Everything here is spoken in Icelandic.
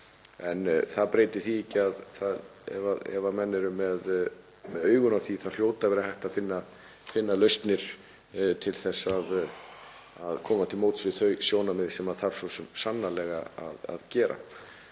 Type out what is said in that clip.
En það breytir því ekki að ef menn eru með augun á því þá hlýtur að vera hægt að finna lausnir til að koma til móts við þau sjónarmið, sem þarf svo sannarlega að gera.